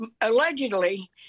allegedly